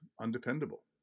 undependable